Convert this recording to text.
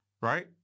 right